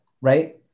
Right